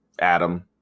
Adam